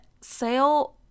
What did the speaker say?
sale